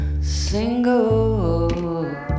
single